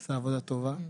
עשה עבודה טובה.